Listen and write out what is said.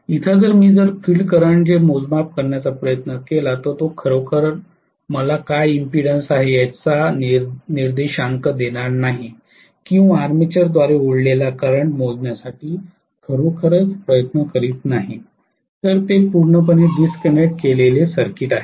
इथे जर मी जर फील्ड करंट चे मोजमाप करण्याचा प्रयत्न केला तर तो खरोखर मला काय इंपीडन्स आहे याचा निर्देशांक देणार नाही किंवा आर्मेचरद्वारे ओढलेला करंट मोजण्यासाठी खरोखर प्रयत्न करीत नाही तर ते पूर्णपणे डिस्कनेक्ट केलेले सर्किट आहे